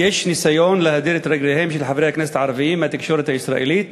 יש ניסיון להדיר את רגליהם של חברי הכנסת הערבים מהתקשורת הישראלית.